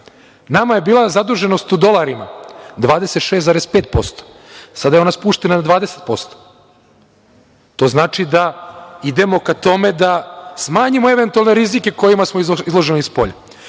nama je bila zaduženost u dolarima 26,5%, a sada je ona spuštena na 20%. To znači da idemo ka tome da smanjimo eventualne rizike kojima smo izloženi spolja.